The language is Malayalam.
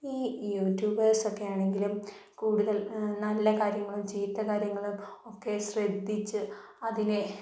ഈ യൂട്യൂബേർസൊക്കെയാണെങ്കിലും കുടുതലും നല്ല കാര്യങ്ങളും ചീത്ത കാര്യങ്ങളും ഒക്കെ ശ്രദ്ധിച്ച് അതിന്